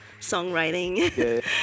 songwriting